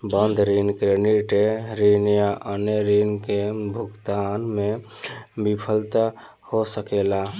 बंधक ऋण, क्रेडिट ऋण या अन्य ऋण के भुगतान में विफलता हो सकेला